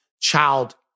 child